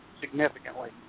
significantly